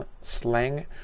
slang